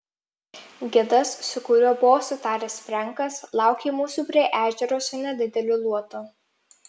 gidas su kuriuo buvo sutaręs frenkas laukė mūsų prie ežero su nedideliu luotu